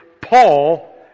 Paul